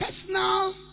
personal